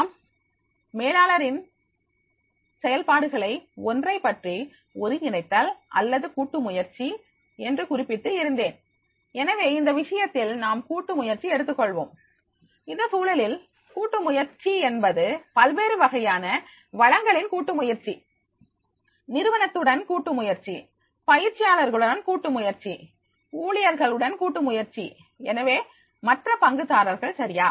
நான் மேலாளரின் செயல்பாடுகளில் ஒன்றைப் பற்றி ஒருங்கிணைத்தல் அல்லது கூட்டு முயற்சி என்று குறிப்பிட்டு இருந்தேன் எனவே இந்த விஷயத்தில் நாம் கூட்டு முயற்சி எடுத்துக் கொள்வோம் இந்த சூழலில் கூட்டு முயற்சி என்பது பல்வேறு வகையான வளங்களின் கூட்டு முயற்சி நிறுவனத்துடன் கூட்டு முயற்சி பயிற்சியாளர்களுடன் கூட்டு முயற்சி ஊழியர்களுடன் கூட்டு முயற்சி எனவே மற்ற பங்குதாரர்கள் சரியா